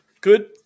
Good